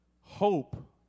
Hope